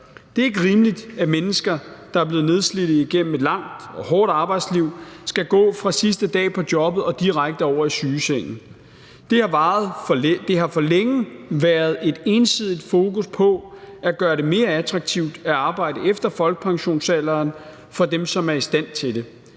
Det er ikke rimeligt, at mennesker, der er blevet nedslidte gennem et langt og hårdt arbejdsliv, skal gå fra sidste dag på jobbet og direkte over i sygesengen. Der har for længe været et ensidigt fokus på at gøre det mere attraktivt at arbejde efter folkepensionsalderen for dem, som er i stand til det.